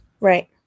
Right